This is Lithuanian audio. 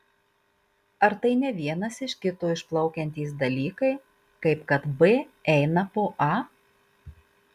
ar tai ne vienas iš kito išplaukiantys dalykai kaip kad b eina po a